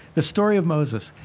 the story of moses.